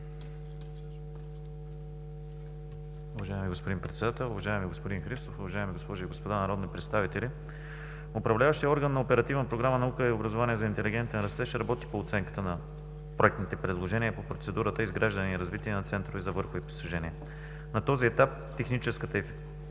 Уважаеми господин Председател, уважаеми господин Христов, уважаеми госпожи и господа народни представители! Управляващият орган на Оперативна програма „Наука и образование за интелигентен растеж“ работи по оценката на проектните предложения по процедурата „Изграждане и развитие на центрове за върхови постижения“. На този етап – „Техническа и